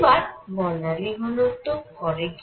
এবার বর্ণালী ঘনত্ব করে কি